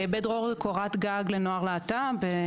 בית דרור הוא קורת גג לנוער להט"ב,